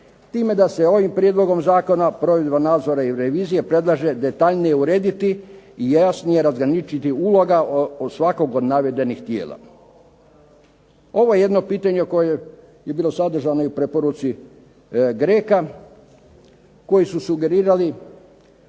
time da se ovim prijedlogom zakona provedba nadzora i revizije predlaže detaljnije urediti i jasnije razgraničiti uloga u svakom od navedenih tijela. Ovo je jedno pitanje koje je bilo sadržano i u preporuci GRECO-a koji su sugerirali,